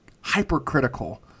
hypercritical